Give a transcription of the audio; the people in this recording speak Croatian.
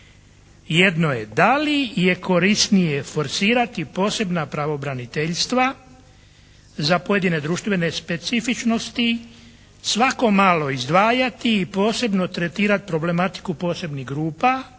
Jedno je da li je korisnije forsirati posebna pravobraniteljstva za pojedine društvene specifičnosti, svako malo izdvajati i posebno tretirati problematiku posebnih grupa,